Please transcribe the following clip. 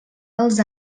els